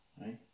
right